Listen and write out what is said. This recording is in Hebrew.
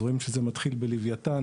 אז רואים שזה מתחיל בלוויתן